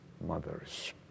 mothers